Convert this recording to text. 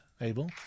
Abel